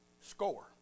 Score